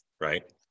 right